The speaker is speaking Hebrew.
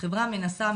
החברה מנסה,